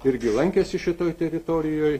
irgi lankėsi šitoj teritorijoj